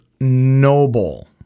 noble